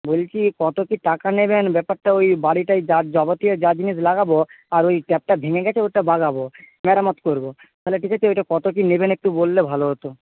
বলছি কতো কী টাকা নেবেন ব্যাপারটা ওই বাড়িটায় যা যাবতীয় যা জিনিস লাগাব আর ওই ট্যাপটা ভেঙে গেছে ওইটা বাগাব মেরামত করব ফলে ঠিক আছে ওইটা কত কী নেবেন একটু বললে ভালো হতো